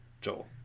Joel